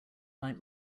night